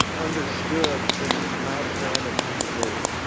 understood the amount of damage he could do.